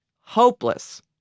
Hopeless